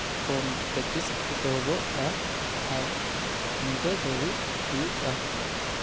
ᱠᱷᱚᱱ ᱯᱮᱠᱴᱤᱥ ᱮᱛᱚᱦᱚᱵᱚᱜᱼᱟ ᱟᱨ ᱧᱤᱫᱟᱹ ᱫᱷᱟᱹᱵᱤᱡ ᱦᱩᱭᱩᱜᱼᱟ